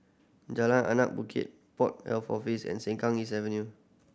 Jalan Anak Bukit Port Health Office and Sengkang East Avenue